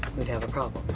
we'd have a problem.